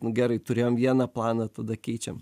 gerai turėjom vieną planą tada keičiam